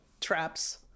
Traps